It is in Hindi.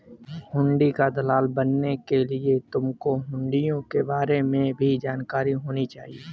हुंडी का दलाल बनने के लिए तुमको हुँड़ियों के बारे में भी जानकारी होनी चाहिए